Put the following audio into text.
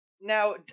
now